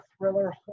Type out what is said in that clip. thriller